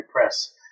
Press